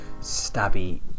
stabby